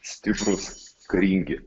stiprūs karingi